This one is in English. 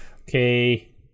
Okay